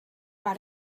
but